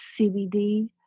CBD